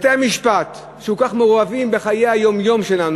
בתי-המשפט שכל כך מעורבים בחיי היום-יום שלנו,